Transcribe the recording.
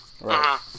Right